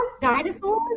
dinosaur